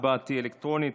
ההצבעה תהיה אלקטרונית.